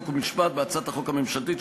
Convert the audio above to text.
חוק ומשפט בהצעת החוק הממשלתית,